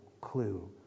clue